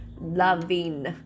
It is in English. Loving